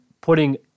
putting